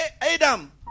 Adam